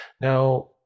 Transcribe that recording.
Now